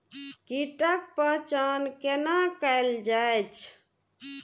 कीटक पहचान कैना कायल जैछ?